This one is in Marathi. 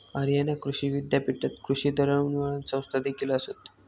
हरियाणा कृषी विद्यापीठात कृषी दळणवळण संस्थादेखील आसत